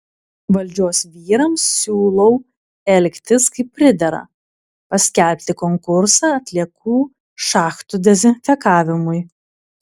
valdžios vyrams siūlau elgtis kaip pridera paskelbti konkursą atliekų šachtų dezinfekavimui